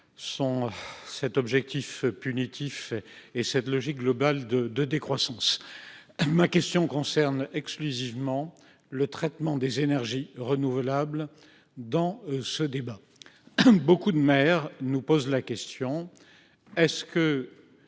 sur cet objectif punitif et sur cette logique globale de décroissance… Ma question concerne exclusivement le traitement des énergies renouvelables dans ce cadre. De nombreux maires nous posent la question suivante